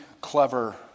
clever